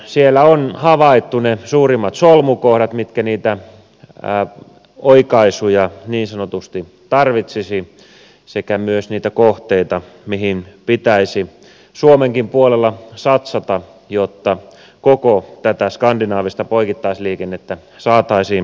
siellä on havaittu ne suurimmat solmukohdat jotka niitä oikaisuja niin sanotusti tarvitsisivat sekä myös niitä kohteita joihin pitäisi suomenkin puolella satsata jotta koko tätä skandinaavista poikittaisliikennettä saataisiin parannettua